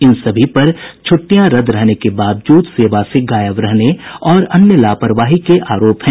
इन सभी पर छुट्टियां रद्द रहने के बावजूद सेवा से गायब रहने और अन्य लापरवाही के आरोप हैं